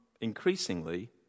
increasingly